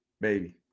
Baby